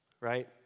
right